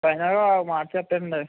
ఫైనల్గా ఒక మాట చెప్పండి